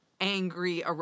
angry